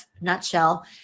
nutshell